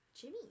Jimmy